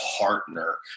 partner